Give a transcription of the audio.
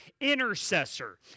intercessor